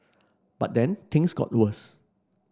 but then things got worse